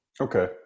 Okay